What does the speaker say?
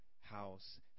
house